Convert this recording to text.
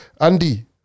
Andy